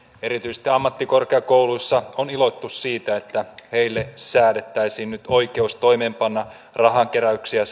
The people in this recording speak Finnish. erityisesti ammattikorkeakouluissa on iloittu siitä että niille säädettäisiin nyt oikeus toimeenpanna rahankeräyksiä